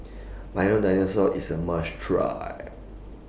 Milo Dinosaur IS A must Try